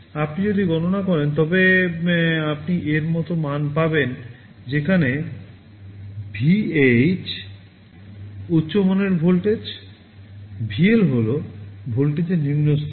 আপনি যদি গণনা করেন তবে আপনি এর মতো মান পাবেন যেখানে VH উচ্চ মানের ভোল্টেজ VL হল ভোল্টেজের নিম্ন স্তর